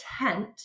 intent